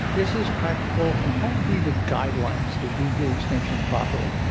is this practical? and what would be the guidelines to do de-extinction properly?